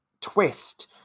twist